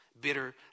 Bitter